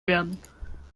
werden